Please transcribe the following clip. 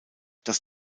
das